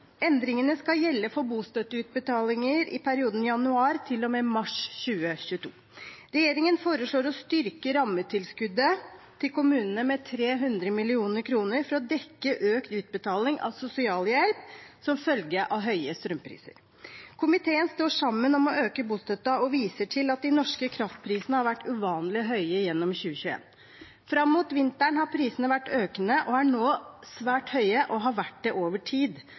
Endringene skal gjelde for bostøtteutbetalinger i perioden januar til og med mars 2022. Regjeringen foreslår å styrke rammetilskuddet til kommunene med 300 mill. kr for å dekke økt utbetaling av sosialhjelp som følge av høye strømpriser. Komiteen står sammen om å øke bostøtten og viser til at de norske kraftprisene har vært uvanlig høye gjennom 2021. Fram mot vinteren har prisene vært økende og er nå svært høye og har vært det over tid.